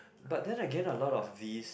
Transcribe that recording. but then again a lot of these